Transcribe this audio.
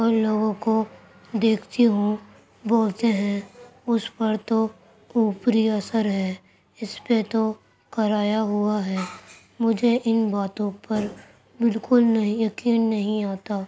اور لوگوں کو دیکھتی ہوں بولتے ہیں اس پر تو اوپری اثر ہے اس پہ تو کرایا ہوا ہے مجھے ان باتوں پر بالکل نہیں یقین نہیں آتا